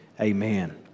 Amen